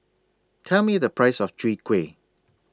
Tell Me The Price of Chwee Kueh